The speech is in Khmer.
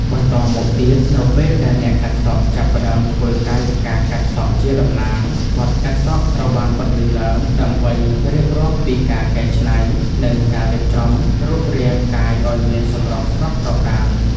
បន្តមកទៀត នៅពេលដែលអ្នកកាត់សក់ចាប់ផ្តើមធ្វើកាយវិការកាត់សក់ជាតំណាង បទ កាត់សក់ ត្រូវបានបន្លឺឡើងដើម្បីរៀបរាប់ពីការកែច្នៃ និងការរៀបចំរូបរាងកាយឱ្យមានសម្រស់ស្រស់ត្រកាល។